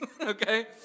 Okay